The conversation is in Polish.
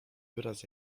wyraz